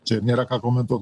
čia ir nėra ką komentuot